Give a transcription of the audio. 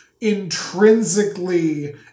intrinsically